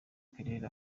claire